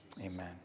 Amen